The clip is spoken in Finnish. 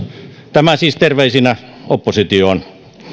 tämä siis terveisinä oppositioon